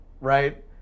right